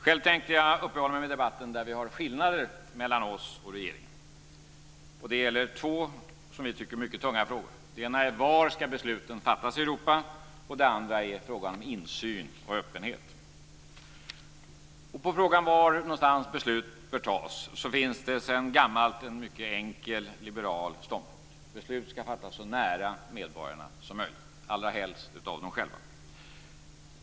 Själv tänkte jag i debatten uppehålla mig vid skillnader mellan oss och regeringen, och det gäller två mycket tunga frågor. Den ena är var besluten ska fattas i Europa, och den andra är frågan om insyn och öppenhet. På frågan var beslut bör tas finns det sedan gammalt en mycket enkel liberal ståndpunkt: Beslut ska fattas så nära medborgarna som möjligt, allrahelst av dem själva.